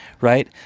right